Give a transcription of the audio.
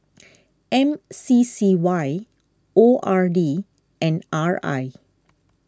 M C C Y O R D and R I